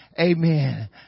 amen